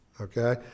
okay